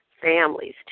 families